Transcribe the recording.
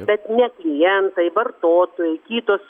bet ne klientai vartotojai kitos